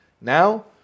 Now